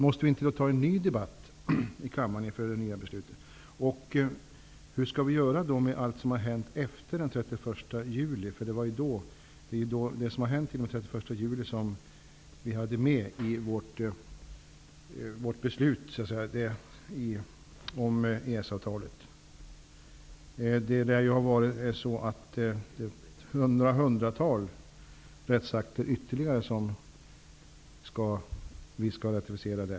Måste vi inte ta en ny i debatt i kammaren inför det nya beslutet? Hur skall vi göra med allt som har hänt efter den 31 juli? Det är ju det som hänt efter den 31 juli som vi hade med i vårt beslut om EES avtalet. Det lär ju vara så att det är ett hundratal rättsakter ytterligare som vi skall ratificera.